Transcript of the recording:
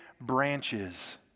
branches